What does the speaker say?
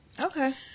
Okay